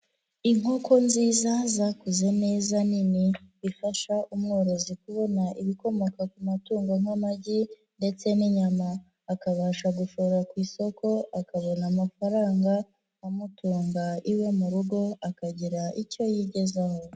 Inkoko nziza zakuze neza nini, zifasha umworozi kubona ibikomoka ku matungo nk'amagi, ndetse n'inyama, akabasha gushora ku isoko akabona amafaranga, amutunga iwe mu rugo akagira icyo yigezaho.